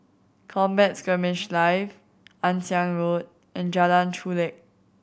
Combat Skirmish Live Ann Siang Road in Jalan Chulek